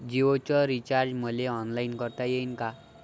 जीओच रिचार्ज मले ऑनलाईन करता येईन का?